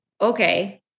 okay